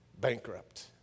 bankrupt